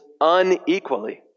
unequally